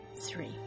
three